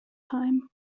time